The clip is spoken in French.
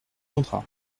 contrats